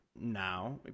now